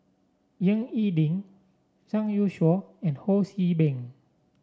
Ying E Ding Zhang Youshuo and Ho See Beng